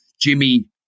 Jimmy